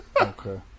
okay